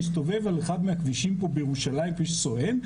הסתובב על אחד מהכבישים פה בירושלים כביש סואן,